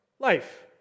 Life